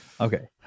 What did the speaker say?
Okay